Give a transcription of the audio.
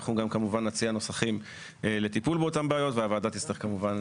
אנחנו גם כמובן נציע נוסחים לטיפול באותן בעיות והוועדה תצטרך כמובן